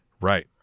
Right